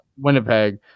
Winnipeg